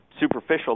superficial